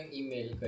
email